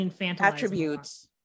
attributes